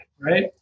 right